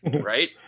Right